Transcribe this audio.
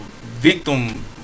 victim